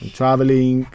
traveling